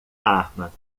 arma